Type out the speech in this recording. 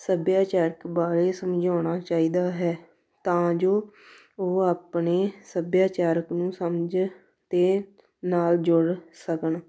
ਸੱਭਿਆਚਾਰਕ ਬਾਰੇ ਸਮਝਾਉਣਾ ਚਾਹੀਦਾ ਹੈ ਤਾਂ ਜੋ ਉਹ ਆਪਣੇ ਸੱਭਿਆਚਾਰਕ ਨੂੰ ਸਮਝ ਅਤੇ ਨਾਲ ਜੁੜ ਸਕਣ